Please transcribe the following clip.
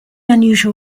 unusual